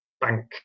bank